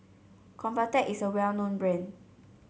Convatec is a well known brand